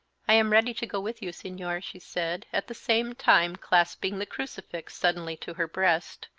i am ready to go with you, senor, she said, at the same time clasping the crucifix suddenly to her breast.